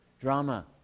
drama